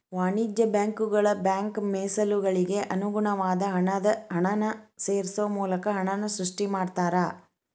ವಾಣಿಜ್ಯ ಬ್ಯಾಂಕುಗಳ ಬ್ಯಾಂಕ್ ಮೇಸಲುಗಳಿಗೆ ಅನುಗುಣವಾದ ಹಣನ ಸೇರ್ಸೋ ಮೂಲಕ ಹಣನ ಸೃಷ್ಟಿ ಮಾಡ್ತಾರಾ